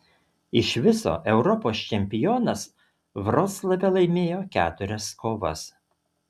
iš viso europos čempionas vroclave laimėjo keturias kovas